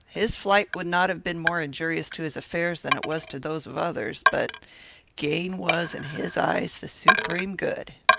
his flight would not have been more injurious to his affairs than it was to those of others but gain was, in his eyes, the supreme good.